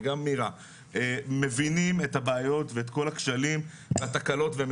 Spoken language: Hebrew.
וגם מירה מבינים את הבעיות ואת כל הכשלים והתקלות והם